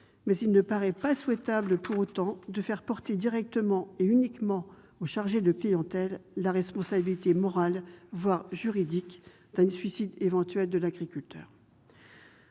mais il ne paraît pas souhaitable de faire porter directement et uniquement au chargé de clientèle la responsabilité morale, voire juridique, d'un éventuel suicide de l'agriculteur.